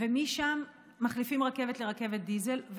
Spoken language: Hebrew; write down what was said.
ומשם מחליפים רכבת לרכבת דיזל.